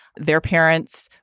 their parents,